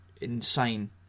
insane